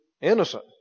innocent